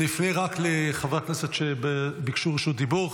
אני אפנה רק לחברי הכנסת שביקשו רשות דיבור.